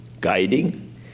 guiding